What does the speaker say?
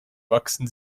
wachsen